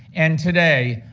and today,